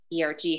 ERG